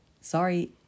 sorry